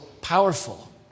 powerful